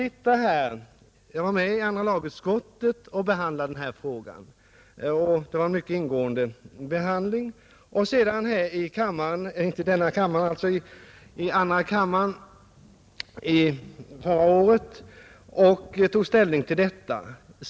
Jag var med i andra lagutskottet, där det skedde en mycket ingående behandling, och i andra kammaren när riksdagen tog ställning till detta.